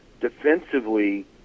defensively